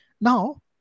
Now